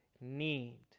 need